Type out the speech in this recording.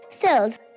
Cells